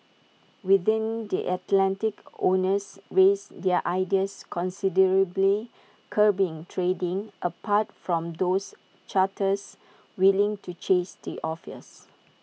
within the Atlantic owners raised their ideas considerably curbing trading apart from those charters willing to chase the offers